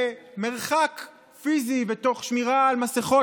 במרחק פיזי ותוך שמירה על מסכות,